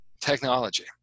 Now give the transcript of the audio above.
technology